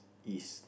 east